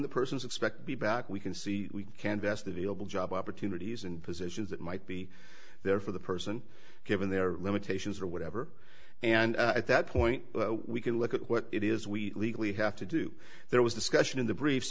the person's expect be back we can see we can best available job opportunities and positions that might be there for the person given their limitations or whatever and at that point we can look at what it is we legally have to do there was discussion in the briefs